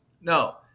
No